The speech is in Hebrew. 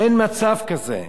אין מצב כזה.